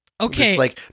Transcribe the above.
Okay